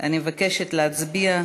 אני מבקשת להצביע.